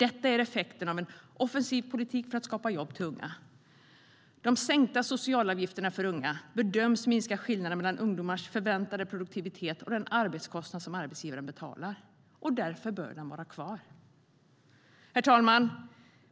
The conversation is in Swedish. Detta är effekten av en offensiv politik för att skapa jobb till unga. De sänkta socialavgifterna för unga bedöms minska skillnaden mellan ungdomars förväntade produktivitet och den arbetskostnad som arbetsgivarna betalar. Därför bör den vara kvar. Herr talman!